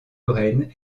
lorraine